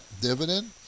dividend